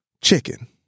chicken